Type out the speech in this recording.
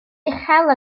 uchel